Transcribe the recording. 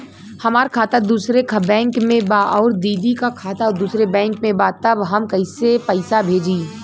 हमार खाता दूसरे बैंक में बा अउर दीदी का खाता दूसरे बैंक में बा तब हम कैसे पैसा भेजी?